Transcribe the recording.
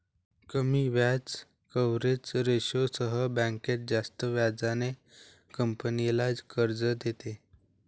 कमी व्याज कव्हरेज रेशोसह बँक जास्त व्याजाने कंपनीला कर्ज देते